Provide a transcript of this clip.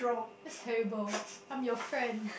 that's terrible I'm your friend